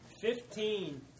Fifteen